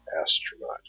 astronaut